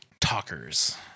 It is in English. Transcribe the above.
talkers